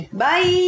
Bye